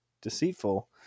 deceitful